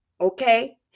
okay